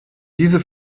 diese